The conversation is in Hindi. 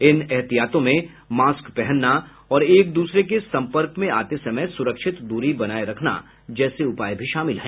इन एहतियातों में मास्क पहनना और एक दूसरे के संपर्क में आते समय सुरक्षित दूरी बनाए रखना जैसे उपाय भी शामिल हैं